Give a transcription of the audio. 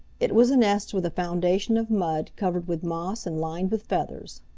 it was a nest with a foundation of mud covered with moss and lined with feathers.